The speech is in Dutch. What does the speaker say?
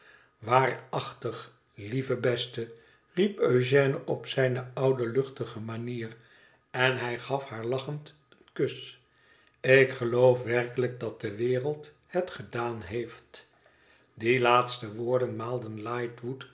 waarachtig lieve beste riep eugène op zijne oude luchtige manier en hij gaf haar lachend een kus ik geloof werkelijk dat de wereld het gedaan heeft die laatste woorden maalden